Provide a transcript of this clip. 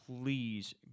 please